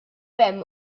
hemm